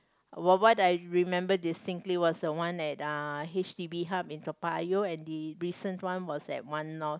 what what I remember distinctively was the one at uh h_d_b hub in Toa-Payoh and the recent one was at One North